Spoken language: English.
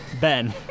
Ben